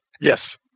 yes